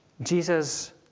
Jesus